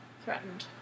Threatened